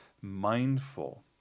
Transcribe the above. mindful